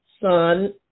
son